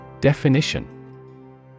Definition